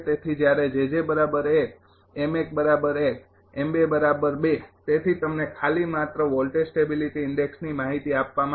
તેથી જ્યારે તેથી તમને ખાલી માત્ર વોલ્ટેજ સ્ટેબિલીટી ઇન્ડેક્ષની માહિતી આપવા માટે